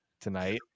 tonight